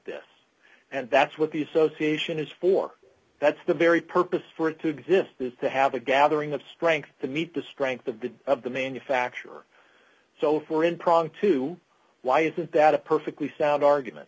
this and that's what the association is for that's the very purpose for it to give it to have a gathering of strength to meet the strength of the of the manufacture so for in prong two why isn't that a perfectly sound argument